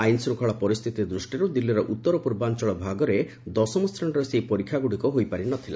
ଆଇନ ଶୂଙ୍ଖଳା ପରିସ୍ଥିତି ଦୃଷ୍ଟିରୁ ଦିଲ୍ଲୀର ଉତ୍ତର ପୂର୍ବାଞ୍ଚଳ ଭାଗରେ ଦଶମ ଶ୍ରେଣୀର ସେହି ପରୀକ୍ଷାଗୁଡ଼ିକ ହୋଇପାରି ନ ଥିଲା